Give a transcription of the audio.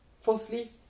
Fourthly